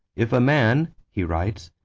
if a man. he writes,